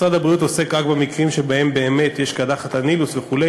משרד הבריאות עוסק רק במקרים שבהם באמת יש קדחת הנילוס וכו',